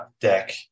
deck